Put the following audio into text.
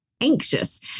anxious